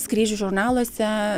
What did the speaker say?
skrydžių žurnaluose